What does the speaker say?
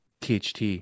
THT